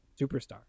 superstar